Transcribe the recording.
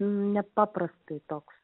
nepaprastai toks